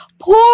poor